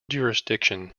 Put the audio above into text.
jurisdiction